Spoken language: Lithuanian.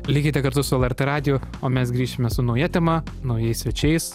likite kartu su lrt radiju o mes grįšime su nauja tema naujais svečiais